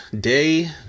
day